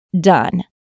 done